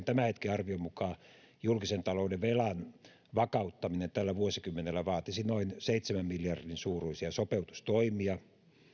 tämän hetken arvion mukaan julkisen talouden velan vakauttaminen tällä vuosikymmenellä vaatisi noin seitsemän miljardin suuruisia sopeutustoimia